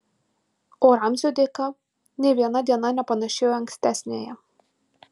o ramzio dėka nė viena diena nepanašėjo į ankstesniąją